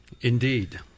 Indeed